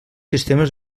sistemes